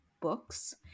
books